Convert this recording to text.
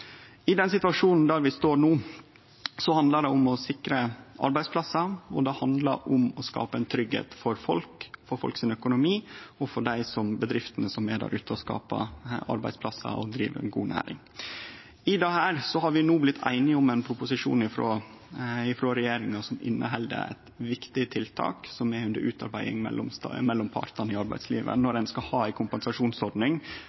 I den situasjonen vi står i no, handlar det om å sikre arbeidsplassane, det handlar om å skape tryggleik for folk og folks økonomi og for dei bedriftene som er der ute og skaper arbeidsplassar og driv ei god næring. Vi er no blitt einige om ein proposisjon frå regjeringa som inneheld viktige tiltak, som er under utarbeiding mellom partane i arbeidslivet,